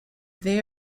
they